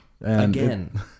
Again